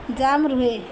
jam ରୁହେ